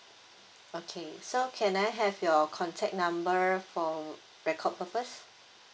okay so can I have your contact number for record purpose